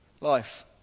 life